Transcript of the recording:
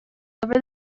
over